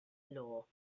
law